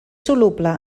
soluble